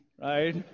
right